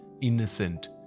innocent